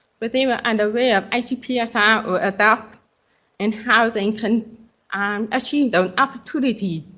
but they were unaware of icpsr or addep and how they can um achieve those opportunities.